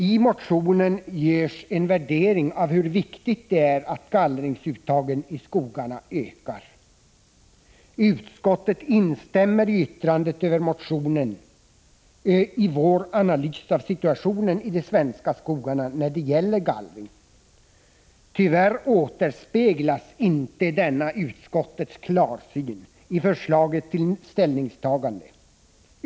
I motionen görs en värdering av hur viktigt det är att gallringsuttagen i skogarna ökar. I sitt yttrande över motionen instämmer utskottet i vår analys av situationen i de svenska skogarna när det gäller gallring. Tyvärr återspeglas inte denna utskottets klarsyn i förslaget till ställningstagande.